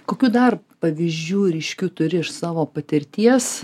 kokių dar pavyzdžių ryškių turi iš savo patirties